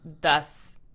thus